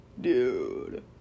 dude